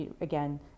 again